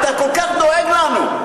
אתה כל כך דואג לנו,